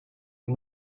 you